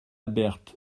berthe